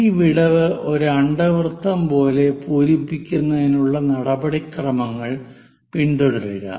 ഈ വിടവ് ഒരു അണ്ഡവൃത്തം പോലെ പൂരിപ്പിക്കുന്നതിനുള്ള നടപടിക്രമങ്ങൽ പിന്തുടരുക